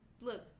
look